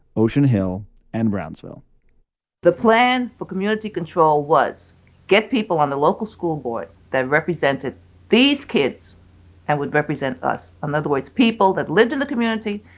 ocean hill and brownsville the plan for community control was get people on the local school board that represented these kids and would represent us in um other words, people that lived in the community,